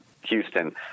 Houston